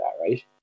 right